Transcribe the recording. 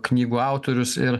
knygų autorius ir